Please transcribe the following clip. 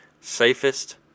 safest